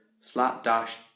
slapdash